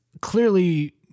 clearly